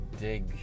dig